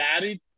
daddy